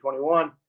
2021